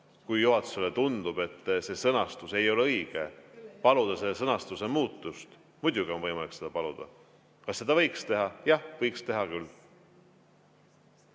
kui juhatusele tundub, et sõnastus ei ole õige, paluda sõnastust muuta? Muidugi on võimalik seda paluda. Kas seda võiks teha? Jah, võiks teha küll.